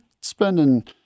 spending